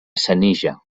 senija